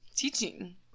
teaching